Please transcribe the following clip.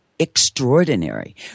extraordinary